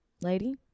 lady